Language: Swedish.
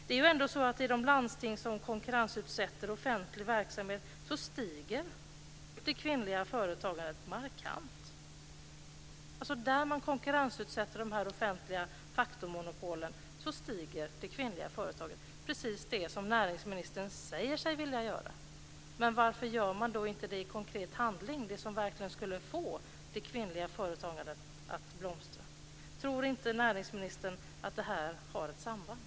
Det är ändå så att i de landsting som konkurrensutsätter offentlig verksamhet stiger det kvinnliga företagandet markant. Där man konkurrensutsätter de här offentliga de facto-monopolen stiger alltså det kvinnliga företagandet, precis det som näringsministern säger sig vilja åstadkomma. Men varför gör man då inte i konkret handling det som verkligen skulle få det kvinnliga företagandet att blomstra? Tror inte näringsministern att det här har ett samband?